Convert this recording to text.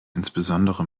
insbesondere